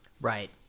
Right